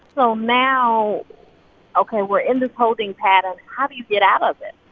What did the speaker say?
so now ok, we're in this holding pattern. how do you get out of it?